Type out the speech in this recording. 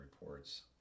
reports